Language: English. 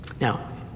Now